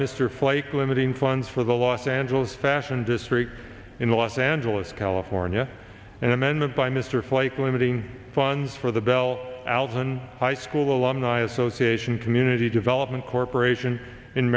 mr flake limiting funds for the los angeles fashion district in los angeles california and amended by mr flake limiting funds for the bell allison high school alumni association community development corporation in